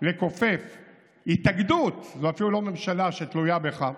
לכופף התאגדות, זו אפילו לא ממשלה שתלויה בך.